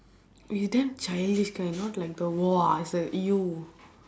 we damn childish kind not like the !wah! it's like you